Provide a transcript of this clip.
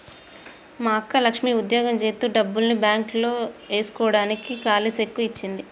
మా అక్క లక్ష్మి ఉద్యోగం జేత్తు డబ్బుల్ని బాంక్ లో ఏస్కోడానికి కాలీ సెక్కు ఇచ్చింది